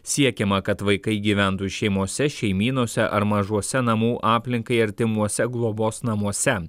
siekiama kad vaikai gyventų šeimose šeimynose ar mažuose namų aplinkai artimuose globos namuose